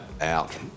out